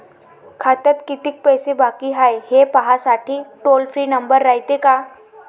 खात्यात कितीक पैसे बाकी हाय, हे पाहासाठी टोल फ्री नंबर रायते का?